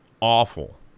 awful